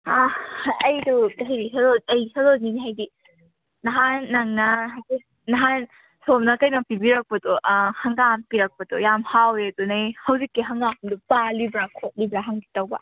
ꯑꯥ ꯑꯩꯗꯨ ꯑꯩ ꯁꯣꯔꯣꯖꯤꯅꯤ ꯍꯥꯏꯗꯤ ꯅꯍꯥꯟ ꯅꯪꯅ ꯅꯍꯥꯟ ꯁꯣꯝꯅ ꯀꯩꯅꯣ ꯄꯤꯕꯤꯔꯛꯄꯗꯣ ꯍꯪꯒꯥꯝ ꯄꯤꯔꯛꯄꯗꯣ ꯌꯥꯝ ꯍꯥꯎꯋꯦ ꯑꯗꯨꯅ ꯍꯧꯖꯤꯛꯀꯤ ꯍꯪꯒꯥꯝꯗꯣ ꯄꯥꯜꯂꯤꯕ꯭ꯔꯥ ꯈꯣꯠꯂꯤꯕ꯭ꯔꯥ ꯍꯪꯒꯦ ꯇꯧꯕ